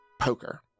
poker